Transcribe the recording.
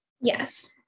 Yes